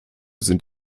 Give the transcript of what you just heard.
sind